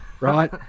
Right